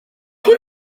chi